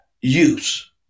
use